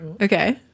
Okay